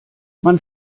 man